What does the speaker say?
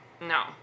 No